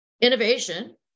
innovation